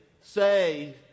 say